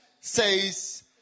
says